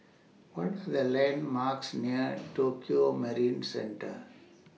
What Are The landmarks near Tokio Marine Centre